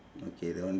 okay that one